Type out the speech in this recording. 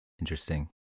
Interesting